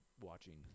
watching